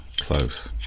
close